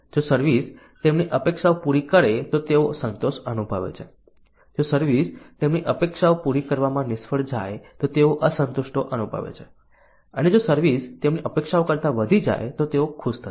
જો સર્વિસ તેમની અપેક્ષાઓ પૂરી કરે તો તેઓ સંતોષ અનુભવે છે જો સર્વિસ તેમની અપેક્ષાઓ પૂરી કરવામાં નિષ્ફળ જાય તો તેઓ અસંતુષ્ટો અનુભવે છે અને જો સર્વિસ તેમની અપેક્ષાઓ કરતાં વધી જાય તો તેઓ ખુશ થશે